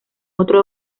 otro